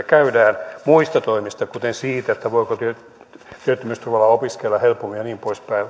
käydään muista toimista kuten siitä voiko työttömyysturvalla opiskella helpommin ja niin poispäin